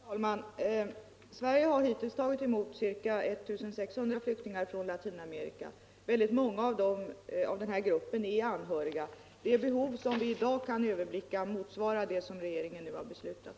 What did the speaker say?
Herr talman! Sverige har hittills tagit emot ca 1600 flyktingar från Latinamerika. Ett stort antal av dem tillhör kategorin anhöriga. Det behov vi i dag kan överblicka täcks av det beslut som regeringen nu har fattat.